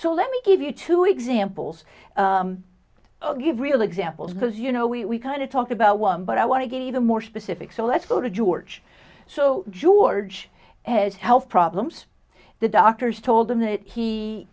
so let me give you two examples of give real examples because you know we kind of talk about one but i want to get even more specific so let's go to george so george has health problems the doctors told him that he